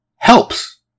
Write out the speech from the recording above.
Helps